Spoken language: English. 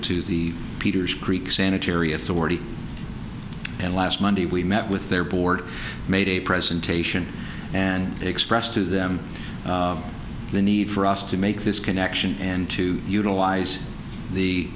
to the peters creek sanitary authority and last monday we met with their board made a presentation and expressed to them the need for us to make this connection and to utilize